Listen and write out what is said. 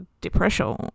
depression